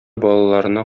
балаларына